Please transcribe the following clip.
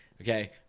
okay